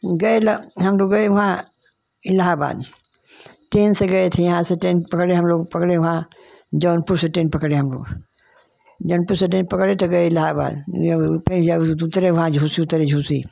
गए ल हम लोग गए वहाँ इलाहाबाद ट्रेन से गए थे यहाँ से ट्रेन पकड़े हम लोग पकड़े वहाँ जौनपुर से ट्रेन पकड़े हमलोग जौनपुर से ट्रेन पकड़े तो गए इलाहाबाद उतरे वहाँ झूसी उतरे झूसी